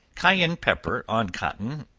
cayenne pepper on cotton,